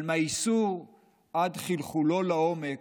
אבל מהאיסור עד לחלחולו לעומק,